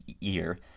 ear